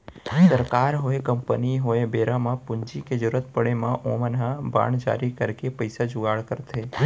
सरकार होय, कंपनी होय बेरा म पूंजी के जरुरत पड़े म ओमन ह बांड जारी करके पइसा जुगाड़ करथे